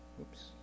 Oops